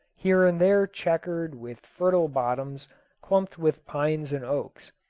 here and there chequered with fertile bottoms clumped with pines and oaks.